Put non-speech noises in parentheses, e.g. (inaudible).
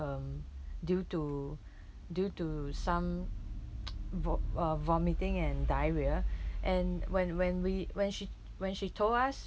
um due to due to some (noise) vo~ uh vomiting and diarrhea and when when we when she when she told us